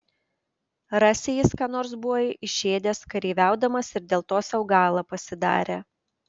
rasi jis ką nors buvo išėdęs kareiviaudamas ir dėl to sau galą pasidarė